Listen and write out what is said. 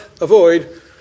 avoid